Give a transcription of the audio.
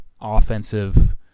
offensive